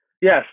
Yes